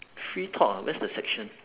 free talk ah where's the section